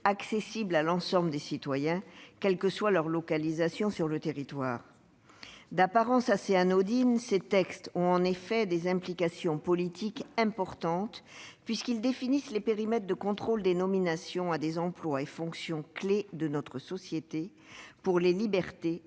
accessible à l'ensemble des citoyens quelle que soit leur localisation sur le territoire. D'apparence assez anodine, ces textes ont en effet des implications politiques importantes, puisqu'ils définissent les périmètres de contrôle des nominations à des emplois et fonctions clés de notre société pour les libertés,